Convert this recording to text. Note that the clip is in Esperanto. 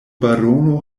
barono